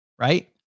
right